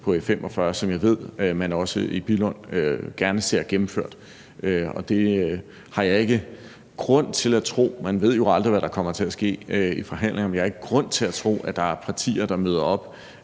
på E45, som jeg ved man også i Billund gerne ser gennemført. Jeg har ikke grund til at tro – man ved jo aldrig, hvad der kommer til at ske i forhandlinger – at der er partier, der møder op